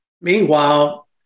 meanwhile